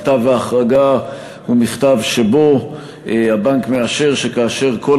מכתב ההחרגה הוא מכתב שבו הבנק מאשר שכאשר כל